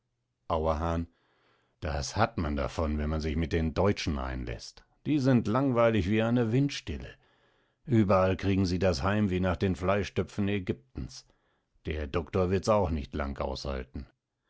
auerhahn das hat man davon wenn man sich mit den deutschen einläßt die sind langweilig wie eine windstille ueberall kriegen sie das heimweh nach den fleischtöpfen aegyptens der doctor wirds auch nicht lang aushalten